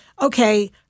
okay